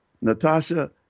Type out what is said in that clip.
Natasha